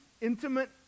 intimate